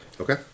Okay